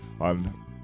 on